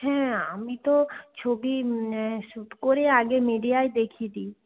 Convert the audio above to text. হ্যাঁ আমি তো ছবি শ্যুট করে আগে মিডিয়ায় দেখিয়ে দিই